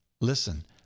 Listen